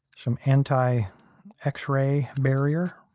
some anti x-ray barrier.